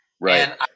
right